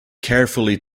carefully